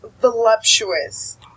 voluptuous